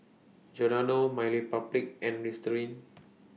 Giordano MyRepublic and Listerine